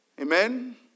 Amen